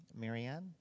Marianne